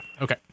Okay